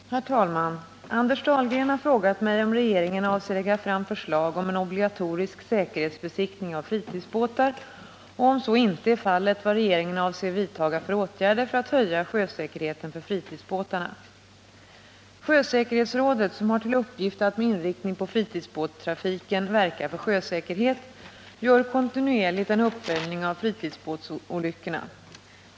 Herr talman! Anders Dahlgren har frågat mig om regeringen avser lägga fram förslag om en obligatorisk säkerhetsbesiktning av fritidsbåtar och om så inte är fallet vad regeringen avser vidtaga för åtgärder för att höja sjösäker Sjösäkerhetsrådet, som har till uppgift att med inriktning på fritidsbåtstrafiken verka för sjösäkerhet, gör kontinuerligt en uppföljning av fritidsbåtsolyckorna.